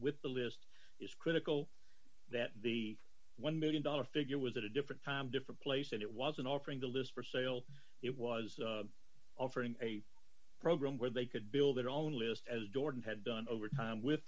with the list is critical that the one million dollars figure was at a different time different place that it was an offering to list for sale it was offering a program where they could build their own list as jordan had done over time with